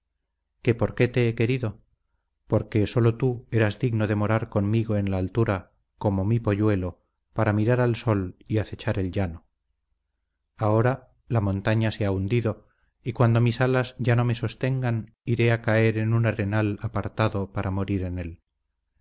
que por qué te he querido porque sólo tú eras digno de morar conmigo en la altura como mi polluelo para mirar al sol y acechar el llano ahora la montaña se ha hundido y cuando mis alas ya no me sostengan iré a caer en un arenal apartado para morir en él